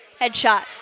Headshot